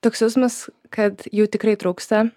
toks jausmas kad jų tikrai trūksta